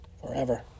forever